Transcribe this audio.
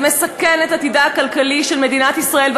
זה מסכן את עתידה הכלכלי של מדינת ישראל,